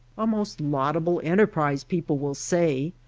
a most laudable enterprise, people will say.